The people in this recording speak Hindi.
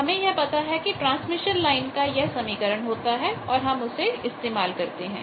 हमें यह पता है कि ट्रांसमिशन लाइन का यह समीकरण होता है तो हम उसे इस्तेमाल करते हैं